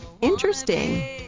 interesting